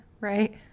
right